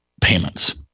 payments